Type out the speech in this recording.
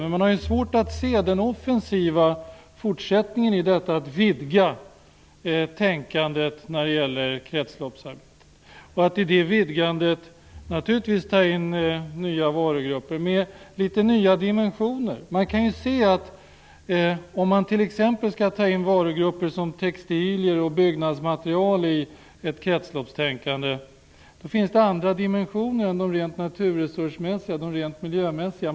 Men man har svårt att se den offensiva fortsättningen i att vidga tänkandet när det gäller kretsloppsarbetet och att i det vidgandet naturligtvis ta in nya varugrupper med litet nya dimensioner. Om man t.ex. skall ta in varugrupper som textilier och byggnadsmaterial i ett kretsloppstänkande, då finns det andra dimensioner än de rent naturresursmässiga, de rent miljömässiga.